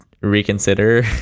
reconsider